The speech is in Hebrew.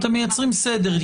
אתם מייצרים סדר.